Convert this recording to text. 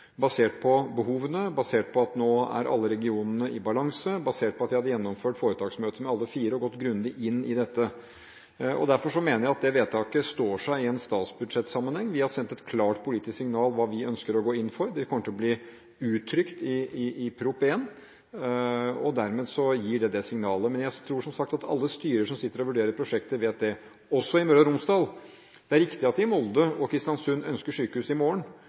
basert på behovene, basert på at alle regionene nå er i balanse, og basert på at vi hadde gjennomført foretaksmøter med alle fire, og gått grundig inn i dette. Derfor mener jeg at det vedtaket står seg i en statsbudsjettsammenheng. Vi har sendt et klart politisk signal om hva vi ønsker å gå inn for. Det kommer til å bli uttrykt i Prop. 1, og dermed gir den det signalet. Men jeg tror, som sagt, at alle styrer som vurderer prosjekter, vet det – også i Møre og Romsdal. Det er riktig at i Molde og Kristiansund ønsker en sykehus i morgen,